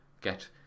get